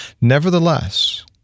nevertheless